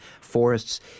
forests